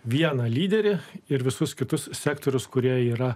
vieną lyderį ir visus kitus sektorius kurie yra